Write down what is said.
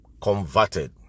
converted